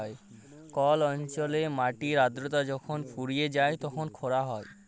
call অল্চলে মাটির আদ্রতা যখল ফুরাঁয় যায় তখল খরা হ্যয়